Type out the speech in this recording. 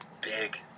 big